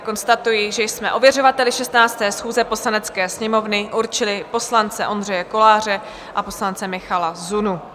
Konstatuji tedy, že jsme ověřovateli 16. schůze Poslanecké sněmovny určili poslance Ondřeje Koláře a poslance Michala Zunu.